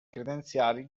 credenziali